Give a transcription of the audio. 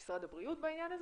משרד הבריאות בעניין הזה,